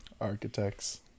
Architects